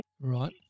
Right